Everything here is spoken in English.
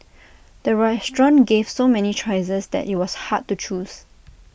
the restaurant gave so many choices that IT was hard to choose